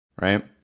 right